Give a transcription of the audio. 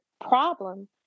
problem